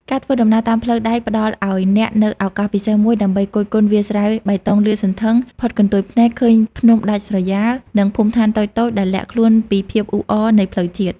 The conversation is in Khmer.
ការធ្វើដំណើរតាមផ្លូវដែកផ្តល់ឱ្យអ្នកនូវឱកាសពិសេសមួយដើម្បី គយគន់វាលស្រែបៃតងលាតសន្ធឹង ផុតកន្ទុយភ្នែក ឃើញភ្នំដាច់ស្រយាល និងភូមិដ្ឋានតូចៗដែលលាក់ខ្លួនពីភាពអ៊ូអរនៃផ្លូវជាតិ។